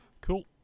Cool